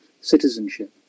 citizenship